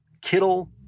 Kittle